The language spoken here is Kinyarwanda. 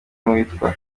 n’uwitwa